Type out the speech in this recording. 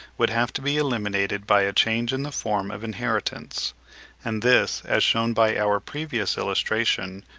would have to be eliminated by a change in the form of inheritance and this, as shewn by our previous illustration,